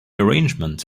arrangement